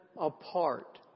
apart